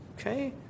Okay